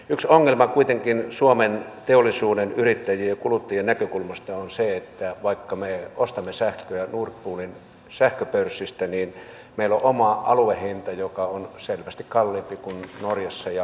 yksi ongelma kuitenkin suomen teollisuuden yrittäjien ja kuluttajien näkökulmasta on se että vaikka me ostamme sähköä nord poolin sähköpörssistä niin meillä on oma aluehinta joka on selvästi kalliimpi kuin norjassa ja ruotsissa